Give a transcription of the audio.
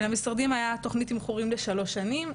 למשרדים הייתה תוכנית תמחורים לשלוש שנים.